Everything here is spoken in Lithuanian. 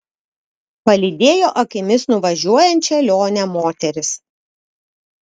palydėjo akimis nuvažiuojančią lionę moteris